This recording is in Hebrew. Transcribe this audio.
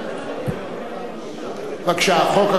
בבקשה, חוק הקאדים.